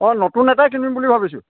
অঁ নতুন এটাই কিনিম বুলি ভাবিছোঁ